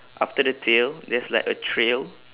after the tail there's like a trail